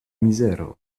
mizero